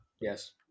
Yes